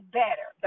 better